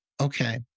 okay